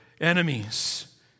enemies